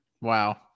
Wow